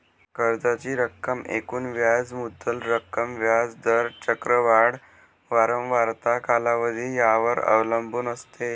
कर्जाची रक्कम एकूण व्याज मुद्दल रक्कम, व्याज दर, चक्रवाढ वारंवारता, कालावधी यावर अवलंबून असते